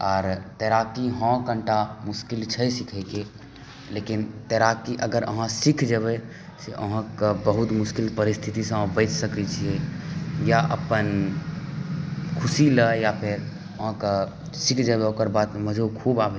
आर तैराकी हॅं कनिटा मुस्किल छै सिखैके लेकिन तैराकी अगर अहाँ सीखि जेबै से अहाँ बहुत मुस्किल परिस्थितिसॅं बचि सकै छी या अपन खुशी लए या फेर अहाँकए सीखि जेबय ओकर बाद मजो खूब आबय छै